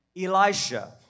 Elisha